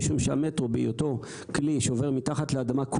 משום שהמטרו בהיותו כלי שכולו עובר מתחת לאדמה,